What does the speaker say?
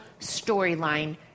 storyline